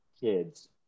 kids